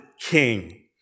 king